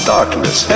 Darkness